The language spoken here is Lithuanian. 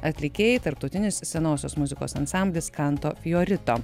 atlikėjai tarptautinis senosios muzikos ansamblis kanto fiorito